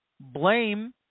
Blame